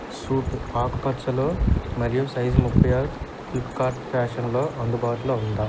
suit ఆకుపచ్చలో మరియు size ముప్పై ఆరు ఫ్లిప్కార్ట్ ఫ్యాషన్లో అందుబాటులో ఉందా